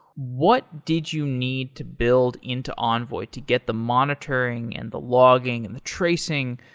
what did you need to build into envoy to get the monitoring, and the logging, and the tracing,